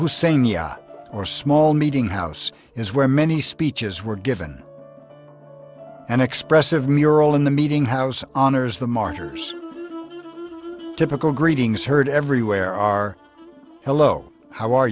hussein yacht or small meeting house is where many speeches were given an expressive mural in the meeting house honors the martyrs typical greetings heard everywhere are hello how are